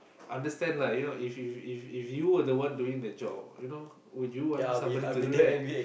understand lah you know if if if if you were the one doing the job you know would you want somebody to do that